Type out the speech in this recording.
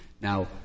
Now